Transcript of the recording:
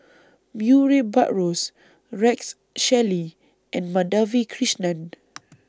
Murray Buttrose Rex Shelley and Madhavi Krishnan